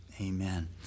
Amen